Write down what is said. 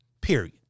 Period